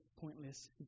pointless